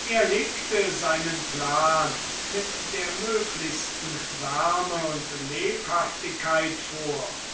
er legte seinen plan mit der möglichsten wärme und lebhaftigkeit vor